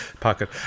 pocket